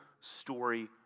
story